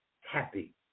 happy